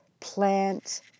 plant